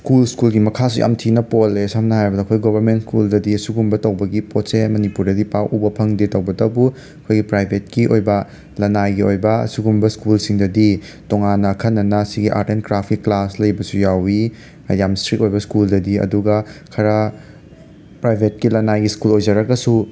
school ꯁ꯭ꯀꯨꯜꯒꯤ ꯃꯈꯥꯁꯨ ꯌꯥꯝ ꯊꯤꯅ ꯄꯣꯜꯂꯦ ꯁꯝꯅ ꯍꯥꯏꯔꯕꯗ ꯑꯩꯈꯣꯏ ꯒꯣꯚꯔꯃꯦꯟꯠ ꯁ꯭ꯀꯨꯜꯗꯗꯤ ꯁꯤꯒꯨꯝꯕ ꯇꯧꯕꯒꯤ ꯄꯣꯠꯁꯦ ꯃꯅꯤꯄꯨꯔꯗꯗꯤ ꯄꯥꯛ ꯎꯕ ꯐꯪꯗꯦ ꯇꯧꯕꯇꯕꯨ ꯑꯩꯈꯣꯏꯒꯤ ꯄ꯭ꯔꯥꯏꯚꯦꯠꯀꯤ ꯑꯣꯏꯕ ꯂꯅꯥꯏꯒꯤ ꯑꯣꯏꯕ ꯁꯨꯒꯨꯝꯕ ꯁ꯭ꯀꯨꯜꯁꯤꯡꯗꯗꯤ ꯇꯣꯉꯥꯟꯅ ꯑꯈꯟꯅꯅ ꯁꯤ ꯑꯥꯔꯠ ꯑꯦꯟ ꯀ꯭ꯔꯥꯐꯀꯤ ꯀ꯭ꯂꯥꯥꯁ ꯂꯩꯕꯁꯨ ꯌꯥꯎꯋꯤ ꯌꯥꯝ ꯁ꯭ꯇ꯭ꯔꯤꯛ ꯑꯣꯏꯕ ꯁ꯭ꯀꯨꯜꯗꯗꯤ ꯑꯗꯨꯒ ꯈꯔ ꯄ꯭ꯔꯥꯏꯚꯦꯠꯀꯤ ꯂꯅꯥꯏꯒꯤ ꯁ꯭ꯀꯨꯜ ꯑꯣꯏꯖꯔꯒꯁꯨ